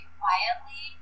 quietly